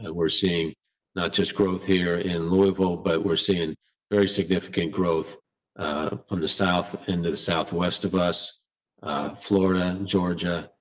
and we're seeing not just growth here in louisville, but we're seeing very significant growth from the south in and the southwest of us florida, and georgia,